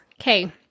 okay